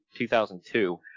2002